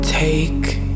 Take